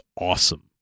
awesome